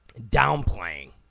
downplaying